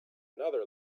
another